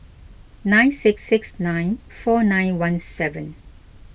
nine six six nine four nine one seven